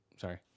Sorry